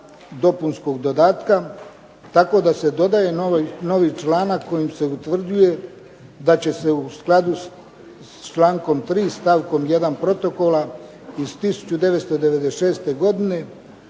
dopunskog dodatka, tako da se dodaje novi članak kojim se utvrđuje da će se u skladu s člankom 3. stavkom 1. protokola iz 1996. godine